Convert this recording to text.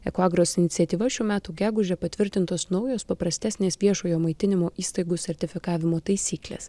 ekoagros iniciatyva šių metų gegužę patvirtintos naujos paprastesnės viešojo maitinimo įstaigų sertifikavimo taisyklės